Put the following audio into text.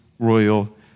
royal